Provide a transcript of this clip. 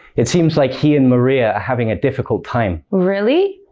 it seems like he and maria are having a difficult time. really?